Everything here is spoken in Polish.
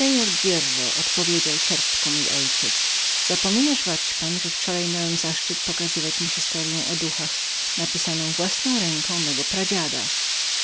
mości hierro odpowiedział cierpko mój ojciec zapominasz wacpan że wczoraj miałem zaszczyt pokazywać mu historyę o duchach napisaną własną ręką mego pradziada